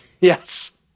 Yes